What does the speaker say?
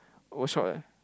overshot eh